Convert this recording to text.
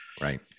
Right